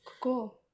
cool